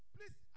please